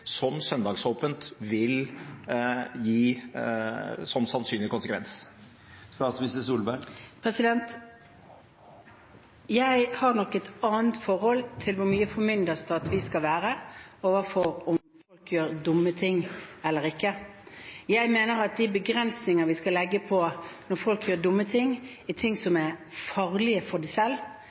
som søndagsåpent vil gi som sannsynlig konsekvens? Jeg har nok et annet forhold til hvor mye formynderstat vi skal være overfor folk, om de gjør dumme ting eller ikke. Jeg mener at de begrensningene vi skal legge for folk når de gjør dumme ting, gjelder ting som er farlige for dem selv